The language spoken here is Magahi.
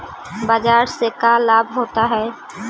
बाजार से का लाभ होता है?